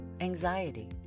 anxiety